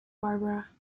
barbara